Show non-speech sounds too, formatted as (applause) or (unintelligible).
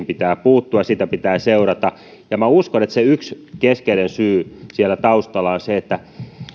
(unintelligible) pitää puuttua ja sitä pitää seurata uskon että yksi keskeinen syy siellä taustalla on se että